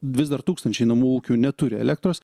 vis dar tūkstančiai namų ūkių neturi elektros